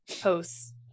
posts